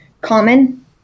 common